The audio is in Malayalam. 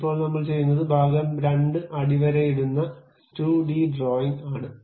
ഇപ്പോൾ നമ്മൾ ചെയ്യുന്നത് ഭാഗം 2 അടിവരയിടുന്ന 2 ഡി ഡ്രോയിംഗ് ആണ്